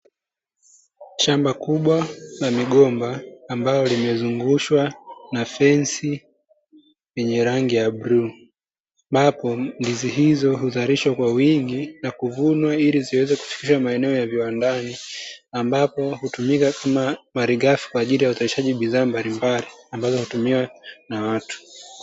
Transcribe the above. Shamba kubwa la migomba ambayo limezungushwa na fensi yenye rangi ya bluu. Ambapo, ndizi hizo huzalishwa kwa wingi na kuvunwa ili ziweze kusafirishwa maeneo ya viwandani ambapo hutumika kama malighafi kwa ajili ya uzalishaji bidhaa mbalimbali ambazo hutumiwa na watu.